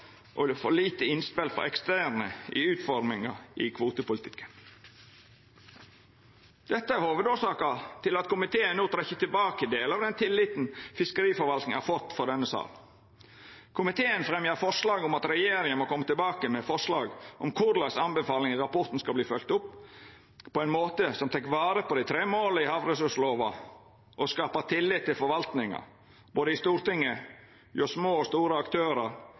og det er for få innspel frå eksterne i utforminga av kvotepolitikken. Det er hovudårsaka til at komiteen no trekkjer tilbake delar av den tilliten fiskeriforvaltinga har fått frå denne salen. Komiteen fremjar forslag om at regjeringa må koma tilbake med forslag om korleis anbefalingane i rapporten skal verta følgde opp på ein måte som tek vare på dei tre måla i havressurslova og skaper tillit til forvaltinga både i Stortinget, hjå små og store aktørar